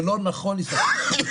זה לא נכון להסתכל ככה.